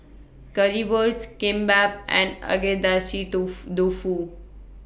Currywurst Kimbap and Agedashi Dofu Dofu